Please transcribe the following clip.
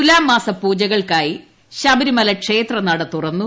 തുലാമാസ പൂജകൾക്കായി ശബരിമല ക്ഷേത്ര നട തുറന്നു